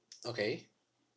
okay